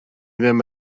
ddim